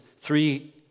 three